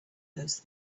those